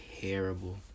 terrible